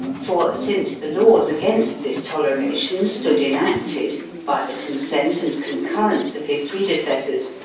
for, since the laws against this toleration stood enacted by the consent and concurrence of his predecessors,